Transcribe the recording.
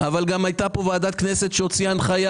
אבל גם הייתה פה ועדת כנסת שהוציאה הנחיה